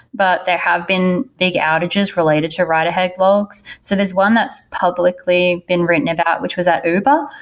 but there have been big outages related to write ahead logs. so this one that's publicly been written about, which was at uber,